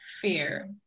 fear